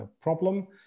problem